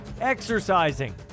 exercising